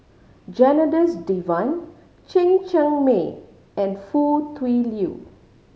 Janadas Devan Chen Cheng Mei and Foo Tui Liew